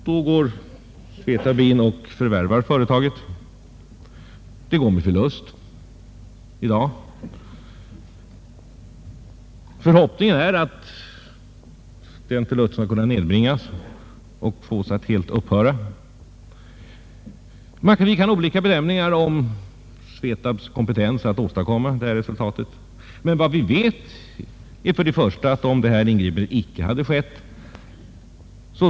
Då träder SVETAB in och förvärvar företaget. Det går med förlust i dag. Förhoppningen är att den förlusten skall kunna nedbringas och fås att helt upphöra. Man kan ha olika bedömningar när det gäller SVETAB:s kompetens att åstadkomma detta resultat. Men vad man inte kan ha mer än en bedömning av är vad som skulle ha skett i fall SVETAB inte hade trätt in.